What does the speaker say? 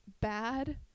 bad